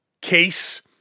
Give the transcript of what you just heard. case